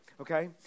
Okay